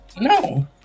No